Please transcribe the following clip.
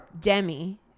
Demi